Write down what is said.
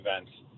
events